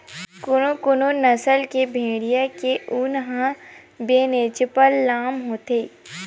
कोनो कोनो नसल के भेड़िया के ऊन ह बनेचपन लाम होथे